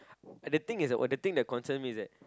the things is what the thing that concern me is it